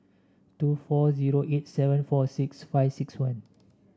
two four zero eight seven four six five six one